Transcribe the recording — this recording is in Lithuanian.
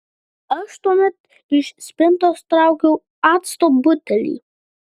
aš tuomet iš spintos traukiau acto butelį